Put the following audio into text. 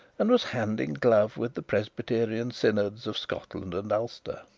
and was hand and glove with the presbyterian synods of scotland and ulster.